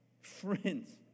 Friends